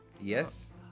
Yes